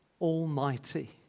almighty